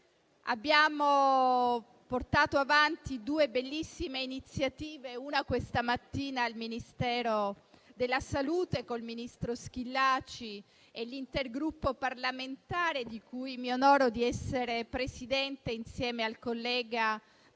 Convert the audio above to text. Abbiamo oggi portato avanti due bellissime iniziative: una, questa mattina, al Ministero della salute con il ministro Schillaci e l'Intergruppo parlamentare di cui mi onoro di essere presidente, insieme al collega della